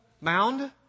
mound